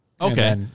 Okay